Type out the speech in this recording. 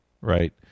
right